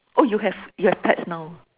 oh you have you have pets now